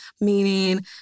meaning